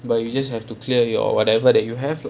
but you just have to clear your whatever that you have lah